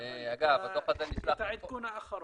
אבל הכוונה את העדכון האחרון.